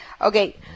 Okay